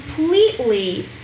completely